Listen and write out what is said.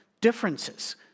differences